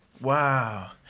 Wow